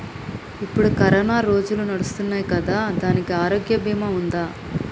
ఇప్పుడు కరోనా రోజులు నడుస్తున్నాయి కదా, దానికి ఆరోగ్య బీమా ఉందా?